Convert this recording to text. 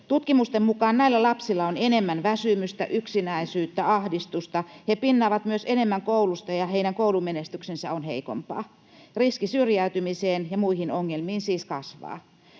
Tutkimusten mukaan näillä lapsilla on enemmän väsymystä, yksinäisyyttä, ahdistusta. He pinnaavat myös enemmän koulusta, ja heidän koulumenestyksensä on heikompaa. Riski syrjäytymiseen ja muihin ongelmiin siis kasvaa.